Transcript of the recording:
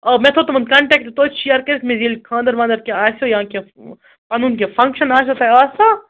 آ مےٚ تھوٚو تِمَن کَنٹیکٹہٕ توتہِ شِیر کٔرِتھ مےٚ ییٚلہِ خانٛدَر واندَر کیٚنٛہہ آسوٕ یا کیٚنٛہہ پَنُن کیٚنٛہہ فَنٛکشَن آسوٕ تۄہہِ آسان